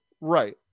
Right